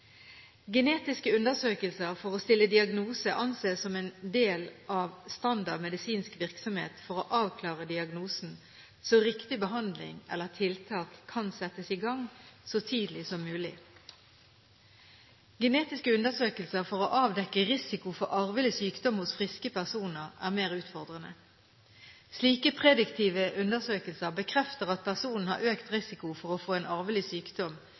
Genetiske undersøkelser for å stille diagnose anses som en del av standard medisinsk virksomhet for å avklare diagnosen, så riktig behandling eller tiltak kan settes i gang så tidlig som mulig. Genetiske undersøkelser for å avdekke risiko for arvelig sykdom hos friske personer er mer utfordrende. Slike prediktive undersøkelser bekrefter at personen har økt risiko for å få en arvelig sykdom,